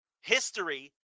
history